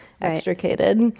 extricated